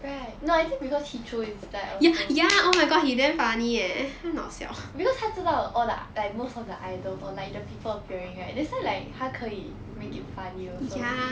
right no actually because heechul inside also because 他知道 all the like most of the idols or like the people appearing right that's why like 他可以 make it funny also